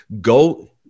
Go